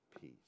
peace